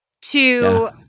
to-